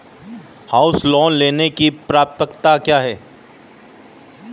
House loan लेने की पात्रता क्या है?